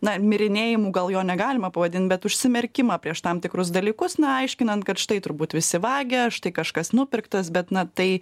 na mirinėjimu gal jo negalima pavadint bet užsimerkimą prieš tam tikrus dalykus na aiškinant kad štai turbūt visi vagia štai kažkas nupirktas bet na tai